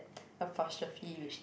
apostrophe which